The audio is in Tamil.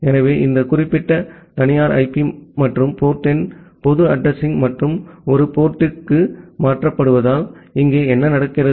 எனவே இந்த குறிப்பிட்ட தனியார் ஐபி மற்றும் போர்ட் எண் பொது அட்ரஸிங் மற்றும் ஒரு துறைமுகத்திற்கு மாற்றப்படுவதால் இங்கே என்ன நடக்கிறது